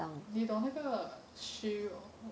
你懂那个